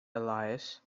alias